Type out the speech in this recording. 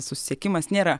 susisiekimas nėra